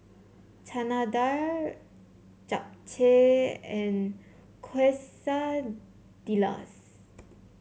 Chana Dal Japchae and Quesadillas